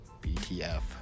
BTF